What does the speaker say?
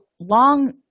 long